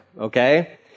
okay